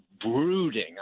brooding